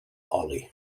oli